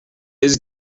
his